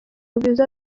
rwiza